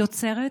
היא יוצרת,